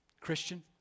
Christian